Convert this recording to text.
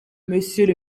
monsieur